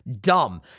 dumb